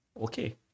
okay